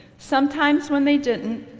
sometimes when they didn't,